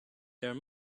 there